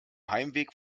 heimweg